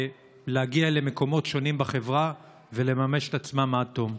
להגיע למקומות שונים בחברה ולממש את עצמם עד תום?